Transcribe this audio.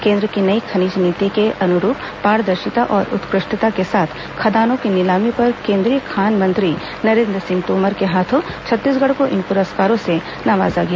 केन्द्र की नई खनिज नीति के अनुरूप पारदर्शिता और उत्कृष्टता के साथ खदानों की नीलामी पर केन्द्रीय खान मंत्री नरेन्द्र सिंह तोमर के हाथों छत्तीसगढ़ को इन पुरस्कारों से नवाजा गया